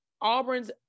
Auburn's